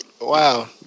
Wow